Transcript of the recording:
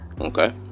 Okay